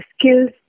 skills